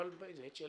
אבל בהיבט של